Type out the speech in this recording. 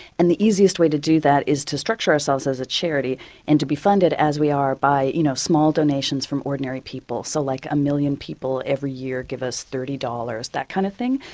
and the easiest way to do that is to structure ourselves as a charity and to be funded as we are by, you know, small donations from ordinary people so like a million people every year give us thirty dollars, that kind of thing.